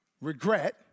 regret